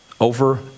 over